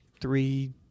three